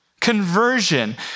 Conversion